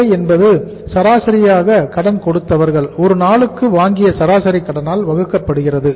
தேவை என்பது சராசரியாக கடன் கொடுத்தவர்கள் ஒரு நாளுக்கு வாங்கிய சராசரி கடனால் வகுக்கப்படுகிறது